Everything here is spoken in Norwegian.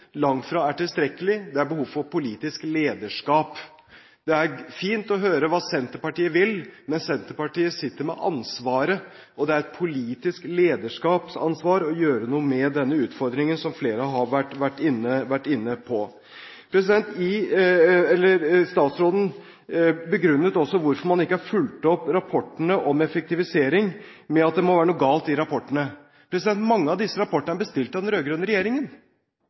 er tilstrekkelig. Det er behov for politisk lederskap. Det er fint å høre hva Senterpartiet vil, men Senterpartiet sitter med ansvaret, og det er et politisk lederskapsansvar å gjøre noe med denne utfordringen, som flere har vært inne på. Statsråden begrunnet det at man ikke har fulgt opp rapportene om effektivisering, med at det må være noe galt i rapportene. Mange av disse rapportene er bestilt av den rød-grønne regjeringen,